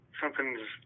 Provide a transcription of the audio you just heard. something's